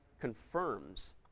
confirms